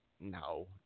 No